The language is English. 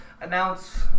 Announce